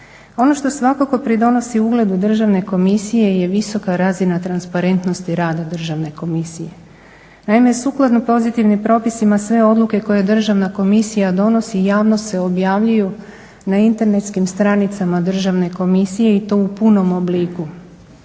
Ono što svakako pridonosi ugledu državne komisije je visoka razina transparentnosti rada državne komisije. Naime, sukladno pozitivnim propisima sve odluke koje je državna komisija donosi i javno se objavljuju na internetskim stranicama državne komisije i to u punom obliku.